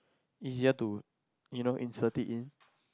easier to you know insert it in